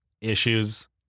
issues